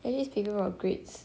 anyway speaking about grades